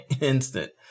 instant